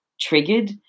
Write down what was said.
triggered